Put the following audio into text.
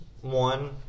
one